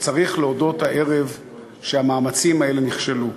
וצריך להודות הערב שהמאמצים האלה נכשלו.